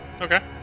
Okay